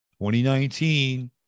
2019